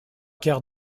quarts